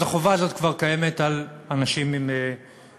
אז החובה הזאת כבר קיימת על אנשים עם מוגבלות.